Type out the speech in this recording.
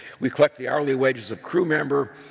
we collect the hourly wages of crew members.